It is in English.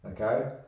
Okay